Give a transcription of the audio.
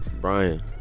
Brian